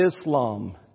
Islam